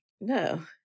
no